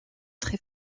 très